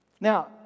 Now